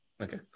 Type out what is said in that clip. Okay